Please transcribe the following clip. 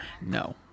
No